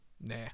Nah